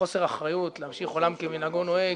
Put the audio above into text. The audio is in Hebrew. חוסר אחריות להמשיך עולם כמנהגו נוהג,